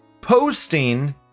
posting